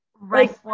right